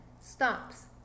stops